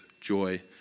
joy